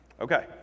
Okay